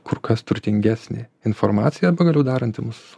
kur kas turtingesnė informacija pagaliau daranti mus